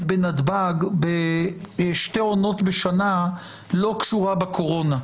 בנתב"ג בשתי עונות בשנה לא קשורה בקורונה.